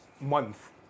month